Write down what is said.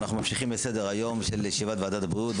אנחנו ממשיכים בסדר היום של ועדת הבריאות.